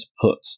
put